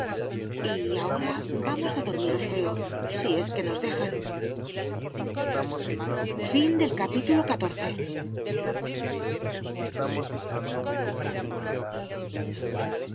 y ahora vamos a dormir orfeo si es que nos dejan